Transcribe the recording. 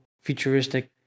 futuristic